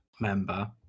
member